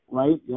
right